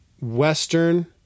Western